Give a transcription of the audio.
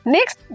Next